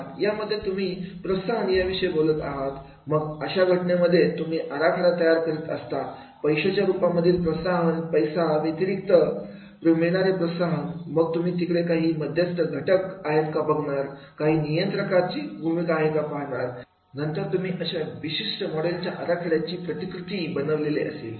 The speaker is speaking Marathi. यामध्ये तुम्ही प्रोत्साहन याविषयी बोलत आहात मग अशा घटनांमध्ये तुम्ही आराखडा तयार करीत असता पैशाच्या रूपांमधील प्रोत्साहन पैसा व्यतिरिक्त मिळणारे प्रोत्साहन मग तुम्ही तिकडे काही मध्यस्थ घटक आहेत का बघणार काही नियंत्रकाची का भूमिका आहे का पाहणार नंतर तुम्ही अशा विशिष्ट मॉडेलच्या आराखड्याची प्रतिकृती बनवलेले असेल